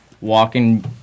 walking